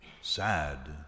Sad